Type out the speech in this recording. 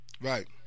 Right